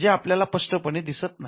जे आपल्याला स्पष्टपणे दिसत नाही